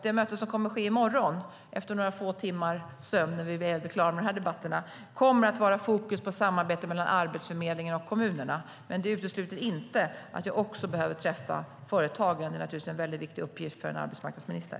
Det möte som kommer att ske i morgon - efter några få timmars sömn när vi väl blir klara med dessa debatter - kommer att ha sitt fokus på samarbete mellan Arbetsförmedlingen och kommunerna. Det utesluter inte att jag också behöver träffa företagen. Det är naturligtvis en viktig uppgift för en arbetsmarknadsminister.